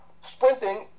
sprinting